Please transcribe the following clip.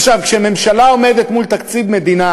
עכשיו, כשממשלה עומדת מול תקציב מדינה,